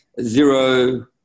zero